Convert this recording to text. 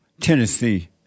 Tennessee